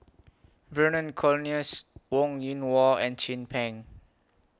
Vernon Cornelius Wong Yoon Wah and Chin Peng